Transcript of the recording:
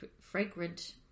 fragrant